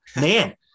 man